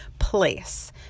Place